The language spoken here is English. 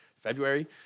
February